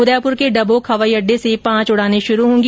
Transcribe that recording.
उदयपुर के डबोक हवाई अडडे से पांच उडाने शुरू होगी